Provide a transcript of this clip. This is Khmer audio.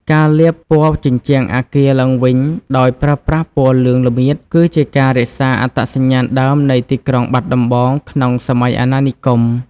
ការលាបពណ៌ជញ្ជាំងអគារឡើងវិញដោយប្រើប្រាស់ពណ៌លឿងល្មៀត គឺជាការរក្សាអត្តសញ្ញាណដើមនៃទីក្រុងបាត់ដំបងក្នុងសម័យអាណានិគម។